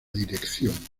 dirección